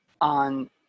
on